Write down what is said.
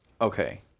Okay